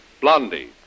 Blondie